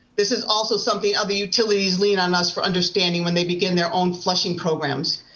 this is also something other utilities lean on us for understanding when they begin their own flushing programs.